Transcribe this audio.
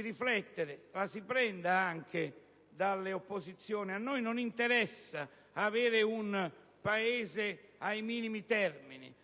riflettere la si prenda anche dalle opposizioni. A noi non interessa un Paese ai minimi termini,